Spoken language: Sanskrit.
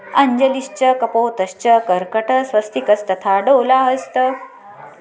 अञ्जलिश्च कपोतश्च कर्कटस्वस्तिकस्तथा डोला हस्तः